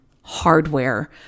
hardware